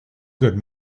good